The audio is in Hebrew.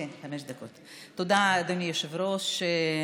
תודה, אדוני היושב-ראש.